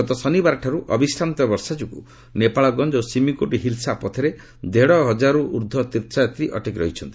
ଗତ ଶନିବାରଠାରୁ ଅବିସ୍ରାନ୍ତ ବର୍ଷା ଯୋଗୁଁ ନେପାଳଗଞ୍ଜ ଓ ସୀମିକୋଟ୍ ହିଲ୍ସା ପଥରେ ଦେଢ଼ ହଜାରରୁ ଊର୍ଦ୍ଧ୍ୱ ତୀର୍ଥ ଯାତ୍ରୀ ଅଟକି ରହିଛନ୍ତି